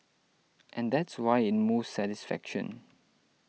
and that's why it moves satisfaction